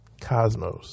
cosmos